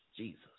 Jesus